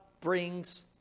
brings